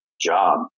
job